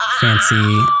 fancy